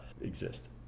exist